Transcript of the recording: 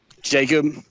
Jacob